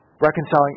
reconciling